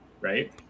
right